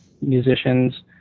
musicians